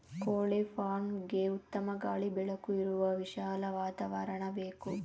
ಕೋಳಿ ಫಾರ್ಮ್ಗೆಗೆ ಉತ್ತಮ ಗಾಳಿ ಬೆಳಕು ಇರುವ ವಿಶಾಲ ವಾತಾವರಣ ಬೇಕು